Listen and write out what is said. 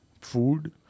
food